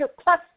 plus